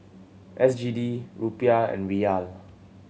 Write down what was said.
S G D Rupiah and Riyal